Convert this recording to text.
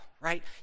right